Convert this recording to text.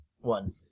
One